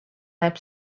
näeb